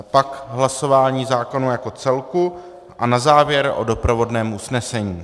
Pak hlasování zákona jako celku a na závěr o doprovodném usnesení.